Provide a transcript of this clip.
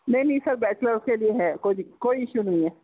نہیں نہیں sir bachelors کے لیے ہے کوئی کوئی ایشو نہیں ہے